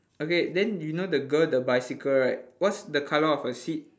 okay then you know the girl the bicycle right what's the colour of her seat